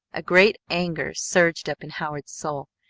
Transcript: a great anger surged up in howard's soul,